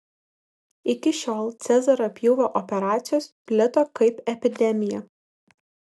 iki šiol cezario pjūvio operacijos plito kaip epidemija